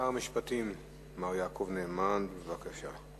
שר המשפטים מר יעקב נאמן, בבקשה.